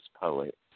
poet